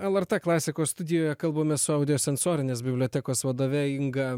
lrt klasikos studijoje kalbamės su audio sensorinės bibliotekos vadove inga